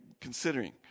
considering